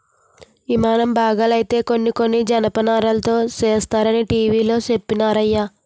యిమానం బాగాలైనా కొన్ని కొన్ని జనపనారతోనే సేస్తరనీ టీ.వి లో చెప్పినారయ్య